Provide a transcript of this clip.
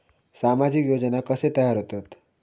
सामाजिक योजना कसे तयार होतत?